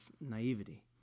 naivety